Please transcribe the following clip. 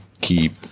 keep